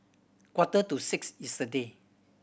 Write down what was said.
quarter to six yesterday